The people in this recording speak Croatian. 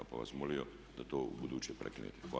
Pa bih vas molio da to ubuduće prekinete.